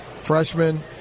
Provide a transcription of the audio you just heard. freshman